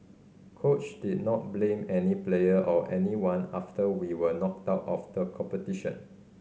coach did not blame any player or anyone after we were knocked out of the competition